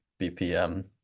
BPM